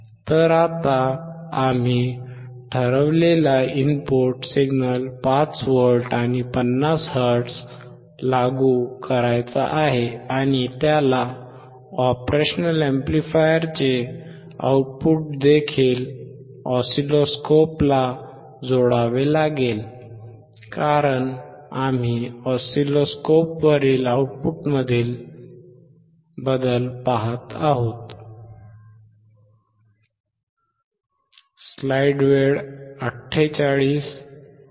तर आता आम्ही ठरवलेला इनपुट सिग्नल 5V आणि 50 हर्ट्झ लागू करायचा आहे आणि त्याला ऑपरेशनल अॅम्प्लिफायरचे आउटपुट देखील ऑसिलोस्कोपला जोडावे लागेल कारण आम्ही ऑसिलोस्कोपवरील आउटपुटमधील बदल पाहत आहोत